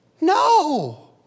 No